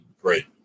great